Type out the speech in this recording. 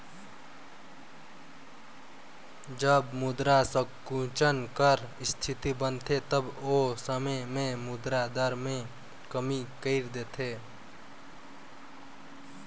जब मुद्रा संकुचन कर इस्थिति बनथे तब ओ समे में मुद्रा दर में कमी कइर देथे